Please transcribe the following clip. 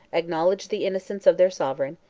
acknowledged the innocence of their sovereign,